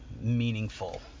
meaningful